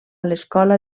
l’escola